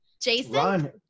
Jason